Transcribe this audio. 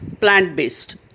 plant-based